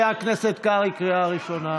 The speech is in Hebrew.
בדימונה וירוחם, חבר הכנסת קרעי, קריאה ראשונה.